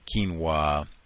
quinoa